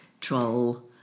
troll